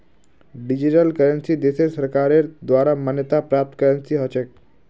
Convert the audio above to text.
digital currency देशेर सरकारेर द्वारे मान्यता प्राप्त करेंसी ह छेक